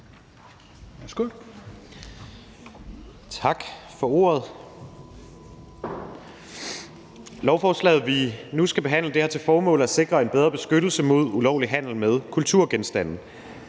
Tak for ordet.